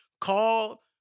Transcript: call